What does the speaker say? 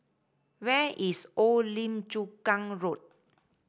where is Old Lim Chu Kang Road